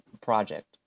project